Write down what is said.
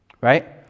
right